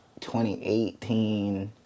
2018